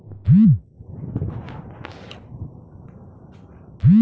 राम लाल के जाने के बा की क्यू.आर कोड के फोन में फोटो खींच के पैसा कैसे भेजे जाला?